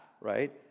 right